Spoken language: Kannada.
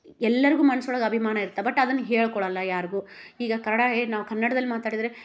ಎಲ್ಲರಿಗೂ ಮನ್ಸೊಳಗೆ ಅಭಿಮಾನ ಇರುತ್ತೆ ಬಟ್ ಅದನ್ನ ಹೇಳ್ಕೊಳಲ್ಲ ಯಾರಿಗೂ ಈಗ ಕನ್ನಡ ಏ ಕನ್ನಡ್ದಲ್ಲಿ ಮಾತಾಡಿದರೆ